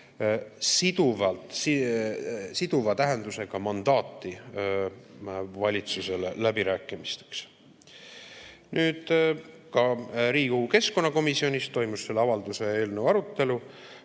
langetada siduva tähendusega mandaati valitsusele läbirääkimisteks. Ka Riigikogu keskkonnakomisjonis toimus selle avalduse eelnõu arutelu.